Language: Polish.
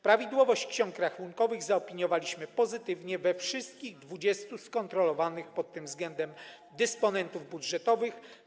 Prawidłowość ksiąg rachunkowych zaopiniowaliśmy pozytywnie u wszystkich 20 skontrolowanych pod tym względem dysponentów budżetowych.